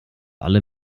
alle